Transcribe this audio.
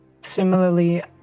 similarly